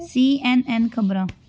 ਸੀ N N ਖਬਰਾਂ